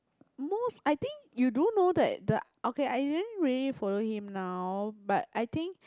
most I think you do know that the okay I didn't really follow him now but I think